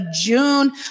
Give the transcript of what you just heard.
June